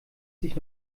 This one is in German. sich